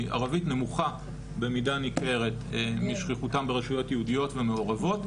ערבית נמוכה במידה ניכרת משכיחותם ברשויות יהודיות ומערובות,